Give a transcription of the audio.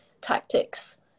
tactics